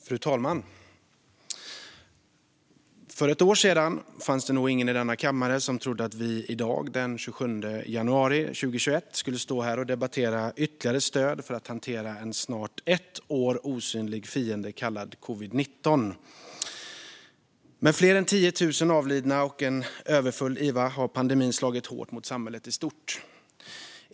Fru talman! För ett år sedan fanns det nog ingen i denna kammare som trodde att vi i dag, den 27 januari 2021, skulle stå här och debattera ytterligare stöd för att hantera en snart ett år gammal osynlig fiende kallad covid-19. Med fler än 10 000 avlidna och en överfull iva har pandemin slagit hårt mot samhället i stort.